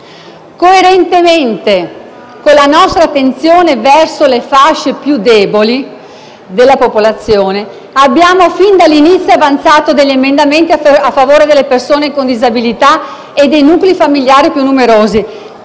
Coerentemente con la nostra attenzione verso le fasce più deboli della popolazione abbiamo presentato fin dall'inizio degli emendamenti a favore delle persone con disabilità e dei nuclei familiari più numerosi,